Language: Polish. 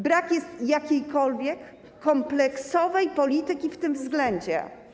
Brak jest jakiejkolwiek kompleksowej polityki w tym względzie.